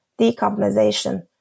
decarbonization